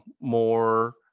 more